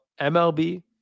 MLB